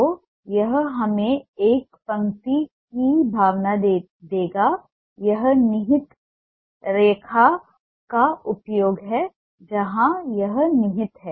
तो यह हमें एक पंक्ति की भावना देगा यह निहित रेखा का रूप है जहां यह निहित है